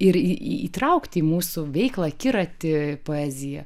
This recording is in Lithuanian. ir įtraukti į mūsų veiklą akiratį poeziją